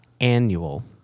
annual